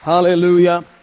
Hallelujah